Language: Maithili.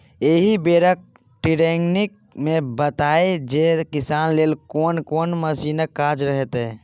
एहि बेरक टिरेनिंग मे बताएत जे किसानी लेल कोन कोन मशीनक काज हेतै